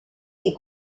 les